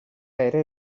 ere